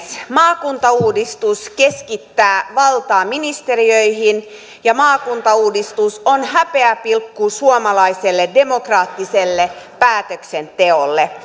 maakuntauudistus keskittää valtaa ministeriöihin ja maakuntauudistus on häpeäpilkku suomalaiselle demokraattiselle päätöksenteolle